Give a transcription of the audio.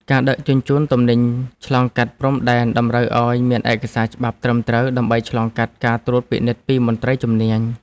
ការដឹកជញ្ជូនទំនិញឆ្លងកាត់ព្រំដែនតម្រូវឱ្យមានឯកសារច្បាប់ត្រឹមត្រូវ ដើម្បីឆ្លងកាត់ការត្រួតពិនិត្យពីមន្ត្រីជំនាញ។